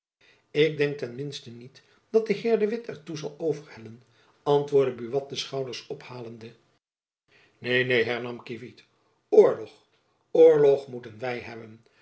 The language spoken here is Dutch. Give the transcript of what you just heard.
ik denk ten minsten niet dat de heer de witt er toe zal overhellen antwoordde buat de schouders ophalende neen neen hernam kievit oorlog oorlog moeten wy hebben